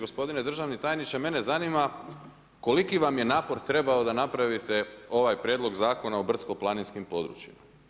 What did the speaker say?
Gospodine državni tajniče mene zanima koliki vam je napor trebao da napravite ovaj Prijedlog zakona o brdsko-planinskim područjima.